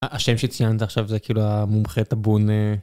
השם שציינת עכשיו זה כאילו המומחה טבון.